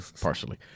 partially